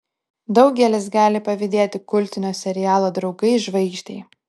daugelis gali pavydėti kultinio serialo draugai žvaigždei